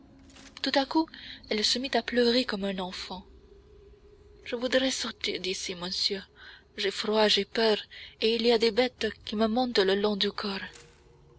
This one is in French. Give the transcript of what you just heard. tout à coup elle se mit à pleurer comme un enfant je voudrais sortir d'ici monsieur j'ai froid j'ai peur et il y a des bêtes qui me montent le long du corps